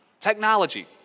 Technology